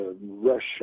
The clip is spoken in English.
Russia